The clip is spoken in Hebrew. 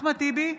אחמד טיבי,